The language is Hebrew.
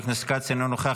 חבר הכנסת כץ, אינו נוכח.